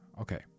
Okay